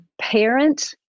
parent